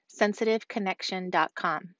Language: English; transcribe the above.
sensitiveconnection.com